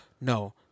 No